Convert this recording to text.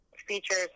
features